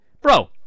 Bro